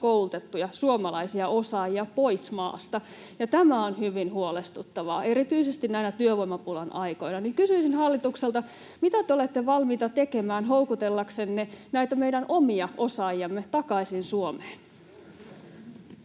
koulutettuja suomalaisia osaajia pois maasta. Tämä on hyvin huolestuttavaa, erityisesti näinä työvoimapulan aikoina. Kysyisin hallitukselta: mitä te olette valmiita tekemään houkutellaksenne näitä meidän omia osaajiamme takaisin Suomeen?